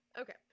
Okay